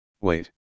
Wait